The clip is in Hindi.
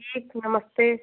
ठीक नमस्ते